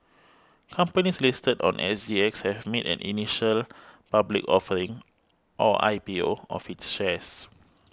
companies listed on S G X have made an initial public offering or I P O of its shares